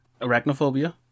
Arachnophobia